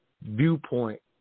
viewpoint